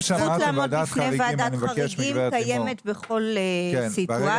הזכות לעמוד בפני ועדת חריגים קיימת בכל סיטואציה.